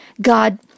God